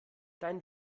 dein